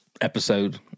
episode